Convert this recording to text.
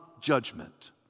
judgment